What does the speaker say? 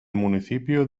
municipio